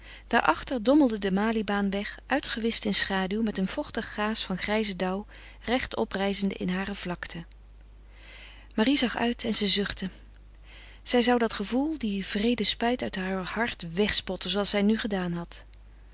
daarachter dommelde de maliebaan weg uitgewischt in schaduw met een vochtig gaas van grijzen dauw recht oprijzende in hare vlakte marie zag uit en ze zuchtte zij zou dat gevoel die wreede spijt uit haar hart wegspotten zooals zij nu gedaan had